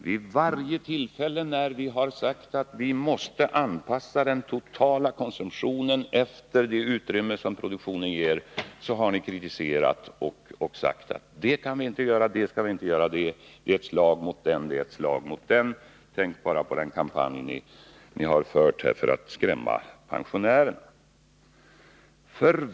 Vid varje tillfälle som vi har sagt att den totala konsumtionen måste anpassas efter det utrymme som produktionen medger, har ni kritiserat oss och sagt: Det kan ni inte göra, för det är ett slag mot den och den. Tänk bara på den kampanj ni har fört för att skrämma pensionärerna!